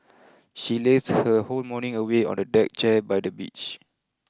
she lazed her whole morning away on a deck chair by the beach